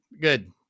Good